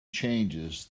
changes